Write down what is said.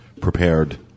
prepared